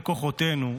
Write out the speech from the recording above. כוחותינו,